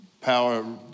power